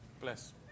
Bless